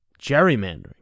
gerrymandering